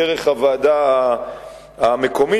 דרך הוועדה המקומית.